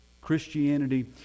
christianity